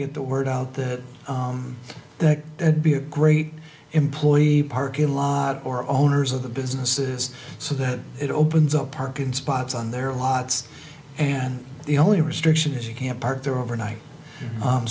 get the word out that there be a great employee parking lot or owners of the businesses so that it opens up parking spots on their lots and the only restriction is you can't park there overnight